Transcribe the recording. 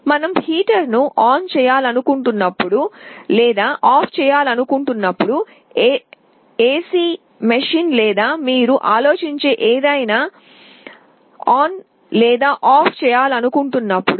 మేము హీటర్ను ఆన్ చేయాలనుకుంటున్నాము లేదా ఆపివేయాలనుకుంటున్నాము ఎసి మెషీన్ లేదా మీరు ఆలోచించే ఏదైనా ఆన్ లేదా ఆఫ్ చేయాలనుకుంటున్నాము